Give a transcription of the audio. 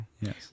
yes